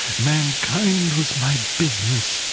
mankind was my business.